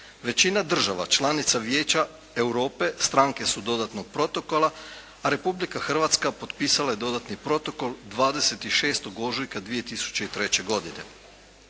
Većina država članica Vijeća Europe stranke su dodatnog protokola, a Republika Hrvatska potpisala je dodatni protokol 26. ožujka 2003. godine.